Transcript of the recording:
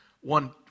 one